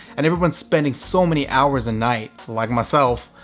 and everyone's spending so many hours a night, like myself,